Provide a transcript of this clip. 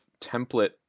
template